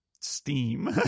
steam